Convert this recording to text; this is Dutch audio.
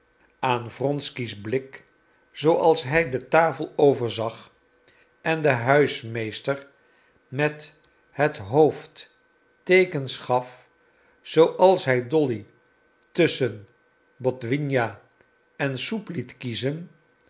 aan wronsky's blik zooals hij de tafel overzag en den huismeester met het hoofd teekens gaf zooals hij dolly tusschen botwinja en soep liet kiezen